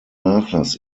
nachlass